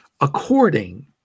according